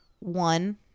One